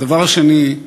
והדבר השני,